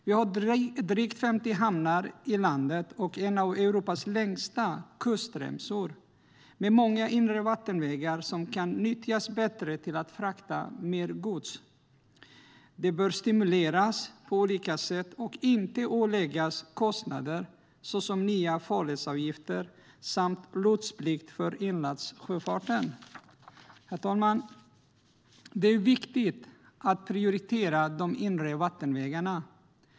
Vi har drygt 50 hamnar i landet och en av Europas längsta kustremsor med många inre vattenvägar som kan nyttjas bättre till att frakta mer gods. Det bör stimuleras på olika sätt och inte åläggas kostnader, såsom nya farledsavgifter samt lotsplikt för inlandssjöfarten. Herr talman! Det är viktigt att prioritera de inre vattenvägarna.